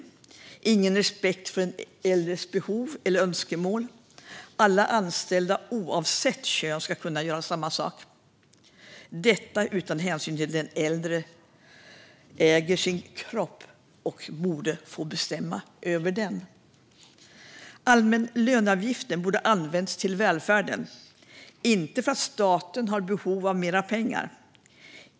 Det finns ingen respekt för de äldres behov eller önskemål, och alla anställda oavsett kön ska kunna göra samma saker, detta utan hänsyn till att den äldre äger sin kropp och borde få bestämma över den. Den allmänna löneavgiften borde ha använts till välfärden, inte till att täcka statens behov av mer pengar.